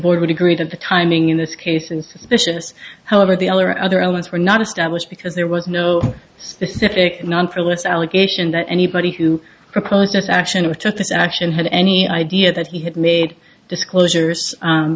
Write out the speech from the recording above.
board would agree that the timing in this case and suspicious however the other other elements were not established because there was no specific non frivolous allegation that anybody who proposed this action who took this action had any idea that he had made disclosure